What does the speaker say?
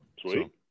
sweet